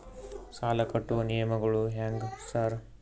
ಸಾಲ ಕಟ್ಟುವ ನಿಯಮಗಳು ಹ್ಯಾಂಗ್ ಸಾರ್?